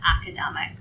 academic